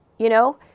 you know,